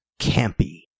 campy